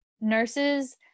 nurses